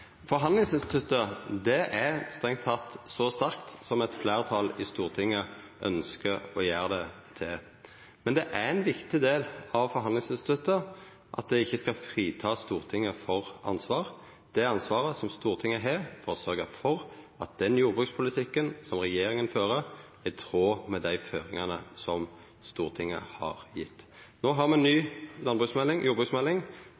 med. Forhandlingsinstituttet er strengt teke så sterkt som eit fleirtal i Stortinget ønskjer å gjera det til. Men det er ein viktig del av forhandlingsinstituttet at det ikkje skal frita Stortinget for ansvar – det ansvaret Stortinget har for å sørgja for at den jordbrukspolitikken som regjeringa fører, er i tråd med dei føringane som Stortinget har gjeve. No har me ei ny jordbruksmelding.